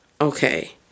okay